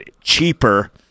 cheaper